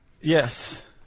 Yes